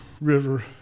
River